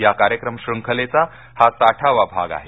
या कार्यक्रम शृंखलेचा हा साठावा भाग आहे